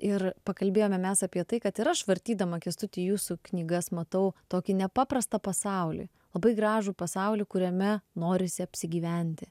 ir pakalbėjome mes apie tai kad ir aš vartydama kęstuti jūsų knygas matau tokį nepaprastą pasaulį labai gražų pasaulį kuriame norisi apsigyventi